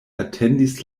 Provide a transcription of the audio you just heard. atendis